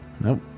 Nope